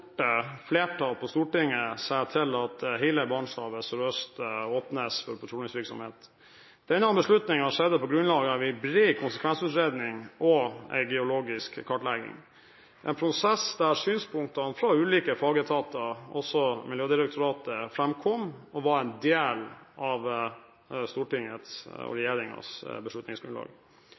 flertall på Stortinget seg til at hele Barentshavet sørøst åpnes for petroleumsvirksomhet. Denne beslutningen skjedde på grunnlag av en bred konsekvensutredning og en geologisk kartlegging – en prosess der synspunktene fra ulike fagetater, også Miljødirektoratet, framkom og var en del av Stortingets og regjeringens beslutningsgrunnlag.